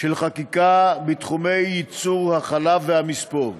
של חקיקה בתחומי ייצור החלב והמספוא.